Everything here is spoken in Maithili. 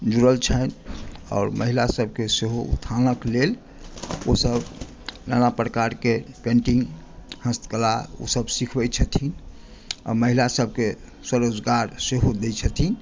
जुड़ल छथि आओर महिला सभकेँ सेहो उत्थानक लेल ओ सभ नानाप्रकारके पेन्टिंग हस्तकला ओ सभ सिखबै छथिन आ महिला सभकेँ स्वरोजगार सेहो दै छथिन